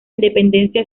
independencia